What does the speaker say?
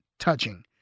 touching